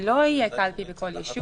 לא תהיה קלפי בכל ישוב